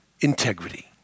integrity